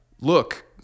look